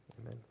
Amen